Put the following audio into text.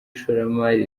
ishoramari